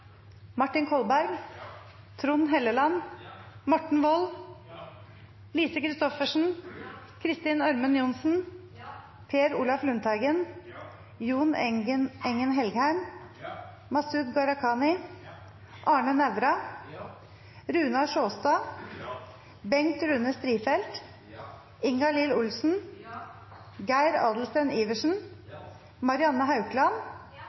Martin Kolberg, Trond Helleland, Morten Wold, Lise Christoffersen, Kristin Ørmen Johnsen, Per Olaf Lundteigen, Jon Engen-Helgheim, Masud Gharahkhani, Arne Nævra, Runar Sjåstad, Bengt Rune Strifeldt, Ingalill Olsen, Geir Adelsten Iversen, Marianne